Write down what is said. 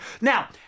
Now